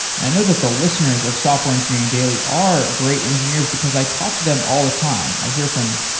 i know that the listeners of software engineering daily are great engineers because i talked to them all the time. i hear from